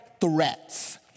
threats